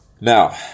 now